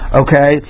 okay